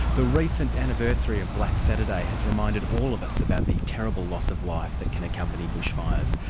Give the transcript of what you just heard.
the recent anniversary of black saturday has reminded all of us about the terrible loss of life that can accompany bushfires.